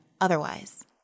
otherwise